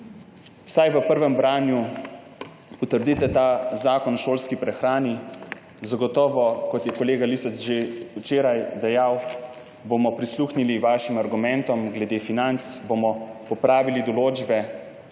vsaj v prvem branju potrdite ta zakon o šolski prehrani. Zagotovo, kot je kolega Lisec že včeraj dejal, bomo prisluhnili vašim argumentom glede financ, bomo popravili določbe